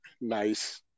Nice